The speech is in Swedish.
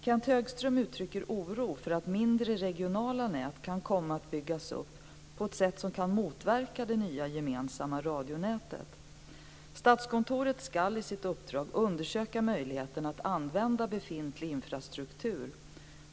Kenth Högström uttrycker oro för att mindre regionala nät kan komma att byggas upp på ett sätt som kan motverka det nya gemensamma radionätet. Statskontoret ska i sitt uppdrag undersöka möjligheten att använda befintlig infrastruktur.